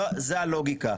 זאת הלוגיקה.